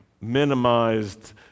minimized